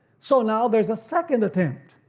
so now there's a second attempt,